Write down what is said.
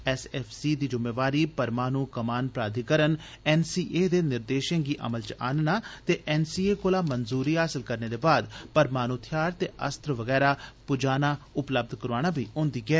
SFC दी जुम्मेवारी परमाणु कमान प्राधिकरण एनसीए दे निर्देशें गी अमल च आनना ते एनसीए कोला मंजूरी हासल करने दे बाद परमाणु थेआर ते अस्त्र बगैरा पजाना उपलब्ध करोआना बी होंदी ऐ